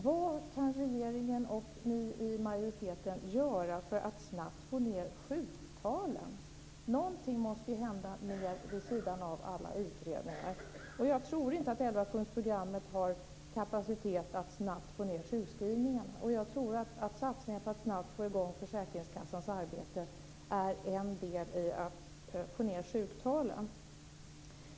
Vad kan regeringen och ni i majoriteten göra för att snabbt få ned sjuktalen? Någonting måste ju hända vid sidan av alla utredningar. Jag tror inte att elvapunktsprogrammet har kapacitet att snabbt få ned sjukskrivningarna. Jag tror att satsningarna på att snabbt få i gång försäkringskassans arbete är en del i att få ned sjuktalen.